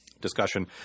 discussion